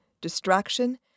distraction